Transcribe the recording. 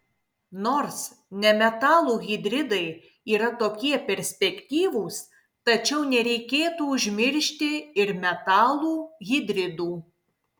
nors nemetalų hidridai yra tokie perspektyvūs tačiau nereikėtų užmiršti ir metalų hidridų